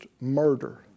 murder